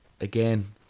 again